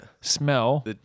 Smell